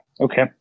Okay